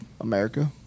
America